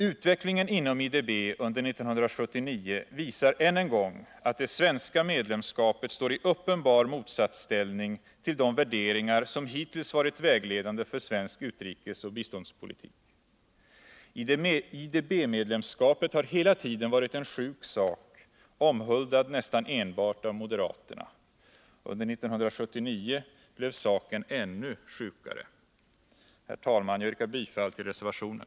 Utvecklingen inom IDB under 1979 visar än en gång att det svenska medlemskapet står i uppenbar motsatsställning till de värderingar som hittills varit vägledande för svensk utrikesoch biståndspolitik. IDB-medlemskapet har hela tiden varit en sjuk sak omhuldad nästan enbart av moderaterna. Under 1979 blev saken ännu sjukare. Herr talman! Jag yrkar bifall till reservationen.